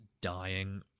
Dying